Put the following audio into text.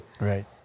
Right